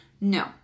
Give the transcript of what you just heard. No